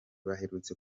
baherutse